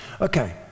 Okay